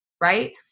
right